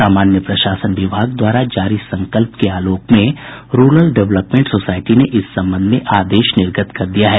सामान्य प्रशासन विभाग द्वारा जारी संकल्प के आलोक में रूरल डेवलपमेंट सोसाईटी ने इस संबंध में आदेश निर्गत कर दिया है